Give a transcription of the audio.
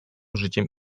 życiem